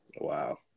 Wow